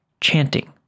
chanting